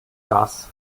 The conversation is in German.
darß